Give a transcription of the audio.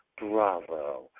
bravo